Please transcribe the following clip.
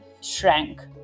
shrank